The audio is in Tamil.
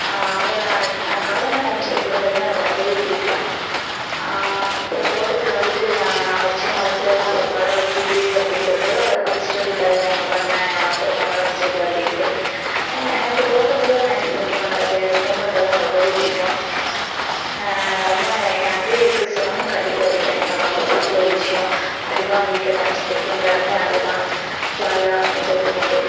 அது காடன்ல டைம் ஸ்பெண்ட் பண்றதுனா எனக்கு ரொம்பவே பிடிக்கும் அப்றம் தோட்டத்துல வந்துட்டு நான் நான் வைச்ச மரத்திலலாம் இப்போ பழம் வைக்குது அப்படின்னும் போது அதெல்லாம் பறிச்சுட்டு வந்து தருவேன் இங்கே பாருங்கள் மரத்தில் பழம்லாம் வைச்சிருக்கு அப்படின்ட்டு எனக்கு தோட்டத்தில் டைம் ஸ்பெண்ட் ஸ்பெண்ட் பண்ணுறதுனா ரொம்ப பிடிக்கும் ரொம்ப நேரம் என்னை அங்க இருக்க சொன்னாலும் கண்டிப்பாக இருப்பேன் எனக்கு ரொம்ப பிடிச்ச ஒரு விஷயம் அதிகமாக வீட்டில் டைம் ஸ்பெண்ட் பண்ணுற இடமே அது தான் ஜாலியாக என்ஜாய் பண்ணிவிட்டு